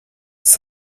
ist